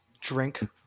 drink